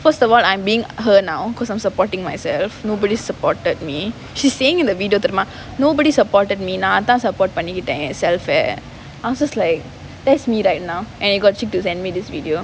first of all I'm being her now because I'm supporting myself nobody supported me she's saying in the video தெரியுமா:theriyumaa nobody supported me நா தான்:naa thaan support பண்ணிகிட்டேன்:pannikittaen self eh I'm just like that's me right now and you got the cheek to send me this video